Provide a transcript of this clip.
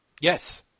Yes